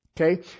Okay